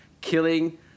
killing